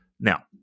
Now